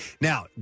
Now